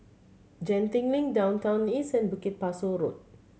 Genting Link Downtown East and Bukit Pasoh Road